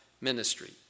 ministry